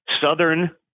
southern